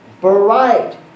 bright